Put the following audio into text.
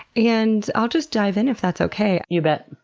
and i'll just dive in if that's okay? you bet!